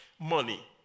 money